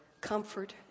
comfort